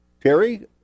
Terry